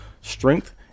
strength